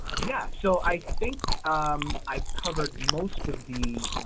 yeah so i think i've covered most of the